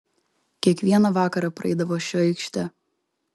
kiekvieną vakarą praeidavo šia aikšte